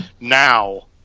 Now